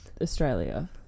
Australia